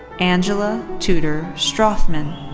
angela tudor strothmann.